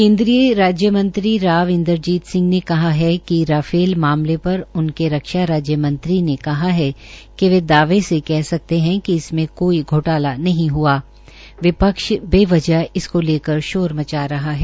केन्द्रीय राज्यमंत्री राव इन्द्रजीत सिह ने कहा है कि राफेल मामले पर उनके रक्षा राज्य मंत्री ने कहा है कि वे इसमें कोई घोटाला नहीं हआ विपक्ष बेवजह इसको लेकर शोर मचा रहा है